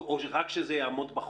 האם רק שיעמוד בחוק?